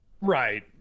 Right